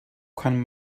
kann